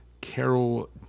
Carol